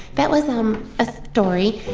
that was um a story.